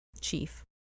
Chief